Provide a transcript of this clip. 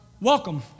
Welcome